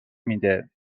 میده